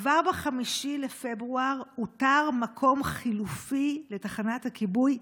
כבר ב-5 בפברואר אותר מקום חלופי לתחנת הכיבוי,